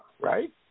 Right